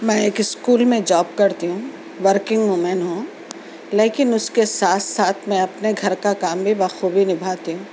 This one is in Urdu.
میں ایک اسکول میں جاب کرتی ہوں ورکنگ وومین ہوں لیکن اُس کے ساتھ ساتھ میں اپنے گھر کا کام بھی بخوبی نبھاتی ہوں